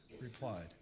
replied